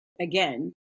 Again